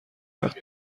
وقت